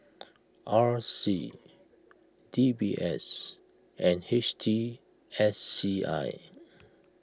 R C D B S and H T S C I